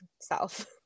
self